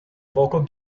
vocal